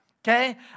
Okay